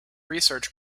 research